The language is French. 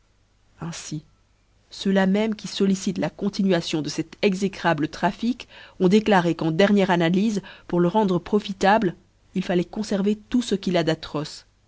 ainfi ceux-là même qui follicitent la continuation de cet exécrable trafic ont déclaré qu'en dernière analyfe pour le rendre profitable il falloit conferver tout ce qu'il a